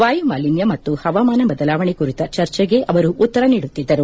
ವಾಯುಮಾಲಿನ್ನ ಮತ್ತು ಹವಾಮಾನ ಬದಲಾವಣೆ ಕುರಿತ ಚರ್ಚೆಗೆ ಅವರು ಉತ್ತರ ನೀಡುತ್ತಿದ್ದರು